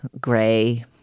gray